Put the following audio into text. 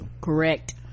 correct